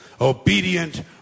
Obedient